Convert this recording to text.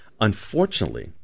Unfortunately